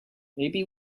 maybe